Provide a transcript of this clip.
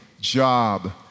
job